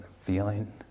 feeling